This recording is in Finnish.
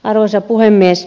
arvoisa puhemies